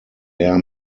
air